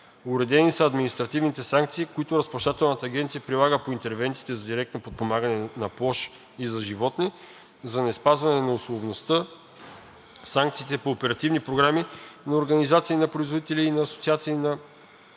Уредени са административните санкции, които Разплащателната агенция прилага по интервенциите за директно подпомагане на площ и за животни; за неспазване на условността; санкциите по оперативните програми на организации на производители и на асоциации на